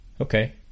Okay